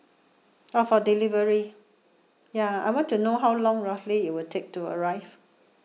oh for delivery ya I want to know how long roughly it will take to arrive